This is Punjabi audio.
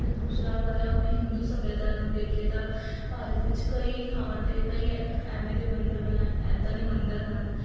ਅਤੇ ਦੂਸਰਾ ਮਤਲਬ ਆਪਣੇ ਹਿੰਦੂ ਸਭਿਅਤਾ ਨੂੰ ਦੇਖੀਏ ਤਾਂ ਭਾਰਤ ਵਿੱਚ ਕਈ ਥਾਵਾਂ 'ਤੇ ਕਈ ਐਵੇਂ ਦੇ ਮੰਦਰ ਬਣਾ ਇੱਦਾਂ ਦੇ ਮੰਦਰ ਹਨ